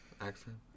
Accent